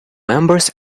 members